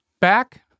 back